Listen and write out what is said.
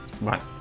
Right